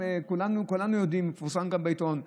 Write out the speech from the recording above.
כולנו יודעים, ופורסם גם בעיתון,